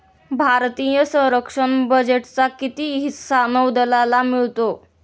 भारतीय संरक्षण बजेटचा किती हिस्सा नौदलाला मिळतो?